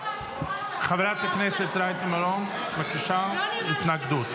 חברת הכנסת רייטן מרום, בבקשה, התנגדות.